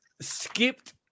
skipped